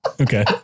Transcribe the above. Okay